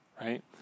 right